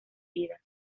vidas